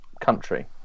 country